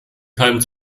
keimen